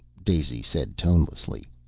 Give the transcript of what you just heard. daisy said tonelessly.